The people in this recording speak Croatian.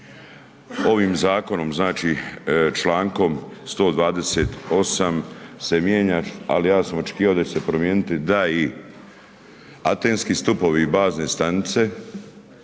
ovim zakonom, znači, čl. 128. se mijenja, ali ja sam očekivao da će se promijeniti da i atenski stupovi i bazne stanice,